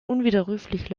unwiderruflich